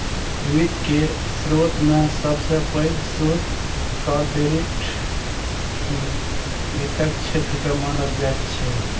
वित्त केर स्रोतमे सबसे पैघ स्रोत कार्पोरेट वित्तक क्षेत्रकेँ मानल जाइत छै